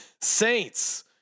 Saints